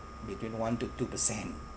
between one to two percent